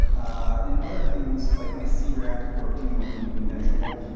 and other things, like my c reactive protein wasn't even measurable.